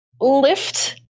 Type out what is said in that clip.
Lift